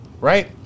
Right